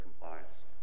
compliance